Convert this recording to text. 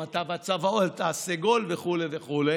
עם התו הסגול וכו' וכו',